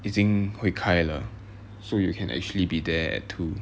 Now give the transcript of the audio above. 已经会开了 so you can actually be there at two